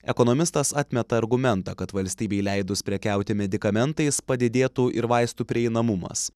ekonomistas atmeta argumentą kad valstybei leidus prekiauti medikamentais padidėtų ir vaistų prieinamumas